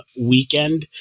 weekend